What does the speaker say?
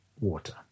water